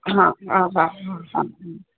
हा हा हा हा हा हा